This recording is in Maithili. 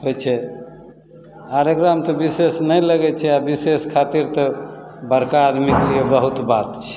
होइ छै आओर एकरामे तऽ विशेष नहि लागै छै आओर विशेष खातिर तऽ बड़का आदमीके लिए तऽ बहुत बात छै